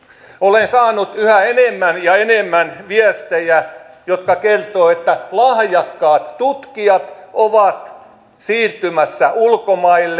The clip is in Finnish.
olen saanut yhä enemmän ja enemmän viestejä jotka kertovat että lahjakkaat tutkijat ovat siirtymässä ulkomaille